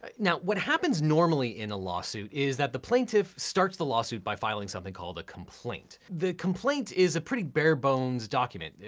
ah now what happens normally in a lawsuit is that the plaintiff starts the lawsuit by filing something called a complaint. the complaint is a pretty bare bone document.